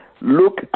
Look